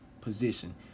position